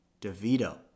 DeVito